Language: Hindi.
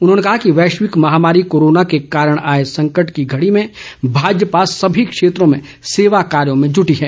उन्होंने कहा कि वैश्विक महामारी कोरोना के कारण आए संकट की घड़ी में भाजपा सभी क्षेत्रों में सेवा कार्यों में जूटी है